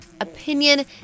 opinion